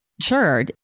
Sure